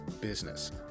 business